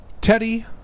Teddy